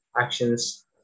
actions